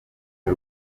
y’u